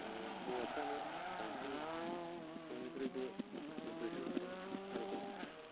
हौवाफ्रानो बांसिन बयनिख्रुयबो गोख्रैसिन खारगोन